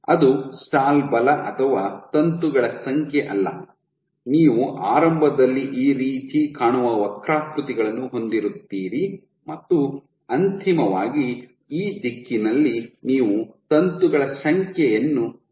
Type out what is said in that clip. ಅದು ಸ್ಟಾಲ್ ಬಲ ಅಥವಾ ತಂತುಗಳ ಸಂಖ್ಯೆ ಅಲ್ಲ ನೀವು ಆರಂಭದಲ್ಲಿ ಈ ರೀತಿ ಕಾಣುವ ವಕ್ರಾಕೃತಿಗಳನ್ನು ಹೊಂದಿರುತ್ತೀರಿ ಮತ್ತು ಅಂತಿಮವಾಗಿ ಈ ದಿಕ್ಕಿನಲ್ಲಿ ನೀವು ತಂತುಗಳ ಸಂಖ್ಯೆಯನ್ನು ಹೆಚ್ಚಿಸುತ್ತಿದ್ದೀರಿ